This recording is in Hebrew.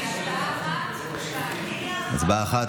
הצבעה.